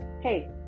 Hey